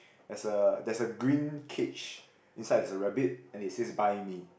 there's a there's a green cage inside there's a rabbit and it says buy me